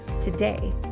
Today